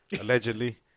Allegedly